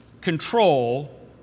control